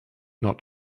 not